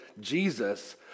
Jesus